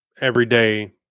everyday